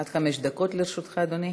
עד חמש דקות לרשותך, אדוני.